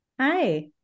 Hi